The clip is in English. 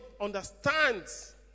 understands